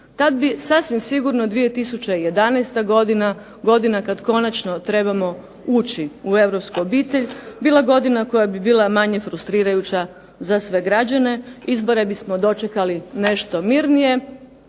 Tad bi sasvim sigurno 2011. godina, godina kad konačno trebamo ući u europsku obitelj, bila godina koja bi bila manje frustrirajuća za sve građane, izbore bismo dočekali nešto mirnije,